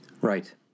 Right